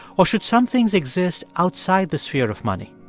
or should some things exist outside the sphere of money?